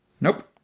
nope